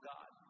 God